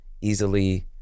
easily